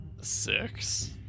Six